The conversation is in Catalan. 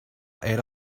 era